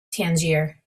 tangier